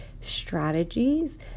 strategies